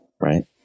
right